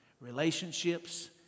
Relationships